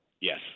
Yes